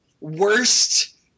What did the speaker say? worst